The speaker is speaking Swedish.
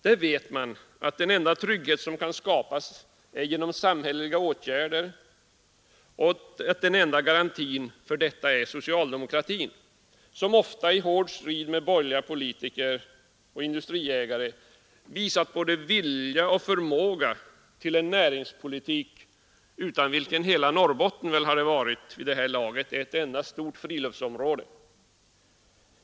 Där vet man att den enda trygghet som kan skapas är genom samhälleliga åtgärder och att den enda garanten för sådana är socialdemokratin, som ofta i hård strid med borgerliga politiker och industriägare visat både vilja och förmåga till en näringspolitik utan vilken hela Norrbotten vid det här laget väl hade varit ett enda stort friluftsområde.